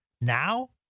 Now